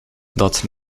dat